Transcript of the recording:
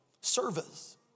Service